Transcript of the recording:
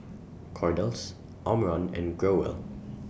Kordel's Omron and Growell